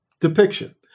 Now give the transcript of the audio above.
depiction